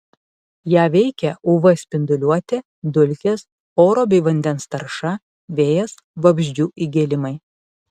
ją veikia uv spinduliuotė dulkės oro bei vandens tarša vėjas vabzdžių įgėlimai